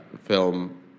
film